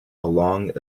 along